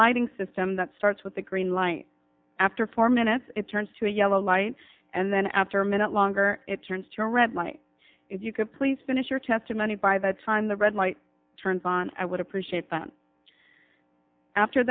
lighting system that starts with the green light after four minutes it turns to yellow light and then after a minute longer it turns to read money if you could please finish your testimony by the time the red light turns on i would appreciate that after